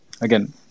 again